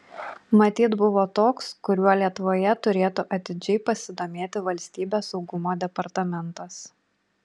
matyt buvo toks kuriuo lietuvoje turėtų atidžiai pasidomėti valstybės saugumo departamentas